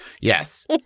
Yes